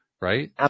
right